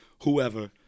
whoever